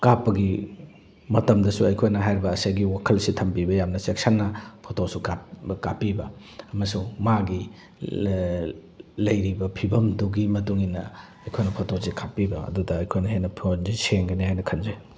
ꯀꯥꯞꯄꯒꯤ ꯃꯇꯝꯗꯁꯨ ꯑꯩꯈꯣꯏꯅ ꯍꯥꯏꯔꯤꯕ ꯉꯁꯥꯏꯒꯤ ꯋꯥꯈꯜꯁꯦ ꯊꯝꯕꯤꯕ ꯌꯥꯝꯅ ꯆꯦꯛꯁꯟꯅ ꯐꯣꯇꯣꯁꯨ ꯀꯥꯞꯄꯤꯕ ꯑꯃꯁꯨꯡ ꯃꯥꯒꯤ ꯂꯩꯔꯤꯕ ꯐꯤꯕꯝꯗꯨꯒꯤ ꯃꯇꯨꯡꯏꯟꯅ ꯑꯩꯈꯣꯏꯅ ꯐꯣꯇꯣꯁꯦ ꯀꯥꯞꯄꯤꯕ ꯑꯗꯨꯗ ꯑꯩꯈꯣꯏꯅ ꯍꯦꯟꯅ ꯐꯣꯟꯁꯦ ꯁꯦꯡꯒꯅꯤ ꯍꯥꯏꯅ ꯈꯟꯖꯩ